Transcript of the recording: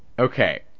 Okay